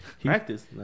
Practice